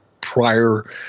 prior